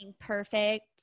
perfect